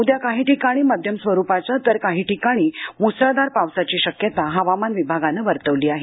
उद्या काही ठिकाणी मध्यम स्वरूपाचा तर काही ठिकाणी मुसळधार पावसाची शक्यता हवामान विभागानं वर्तवली आहे